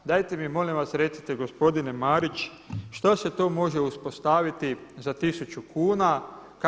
Dajete mi molim vas recite gospodine Marić što se to može uspostaviti za tisuću kuna?